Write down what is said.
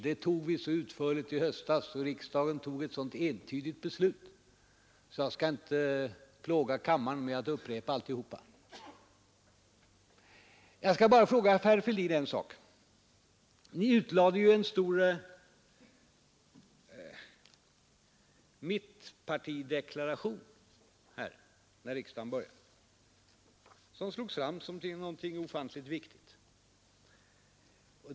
Den frågan behandlades mycket utförligt i höstas, och riksdagen fattade ett så entydigt beslut att jag inte skall plåga kammaren med att upprepa alltihop. Jag skall bara fråga herr Fälldin en sak. Ni utlade en stor mittpartideklaration när riksdagen började, som slogs fram som någonting ofantligt viktigt.